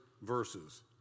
verses